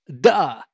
duh